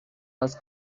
was